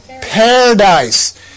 paradise